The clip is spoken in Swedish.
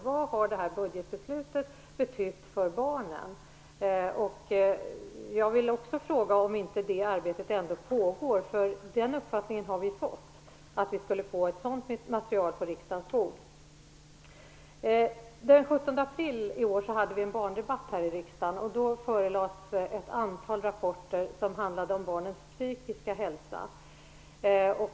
Vad har respektive budgetbeslut betytt för barnen? Jag vill också fråga om det pågår ett sådant arbete. Vi har fått den uppfattningen att ett material av den typen skulle presenteras för riksdagen. Den 17 april i år hade vi en barndebatt här i kammaren. Då förelades ett antal rapporter som handlade om barnens psykiska hälsa.